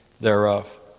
thereof